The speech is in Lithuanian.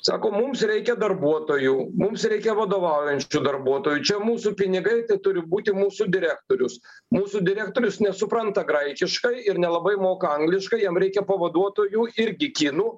sako mums reikia darbuotojų mums reikia vadovaujančių darbuotojų čia mūsų pinigai tai turi būti mūsų direktorius mūsų direktorius nesupranta graikiškai ir nelabai moka angliškai jam reikia pavaduotojų irgi kinų